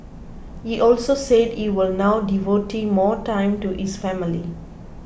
he also said he will now devote more time to his family